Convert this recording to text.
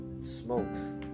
smokes